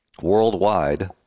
worldwide